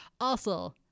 Also-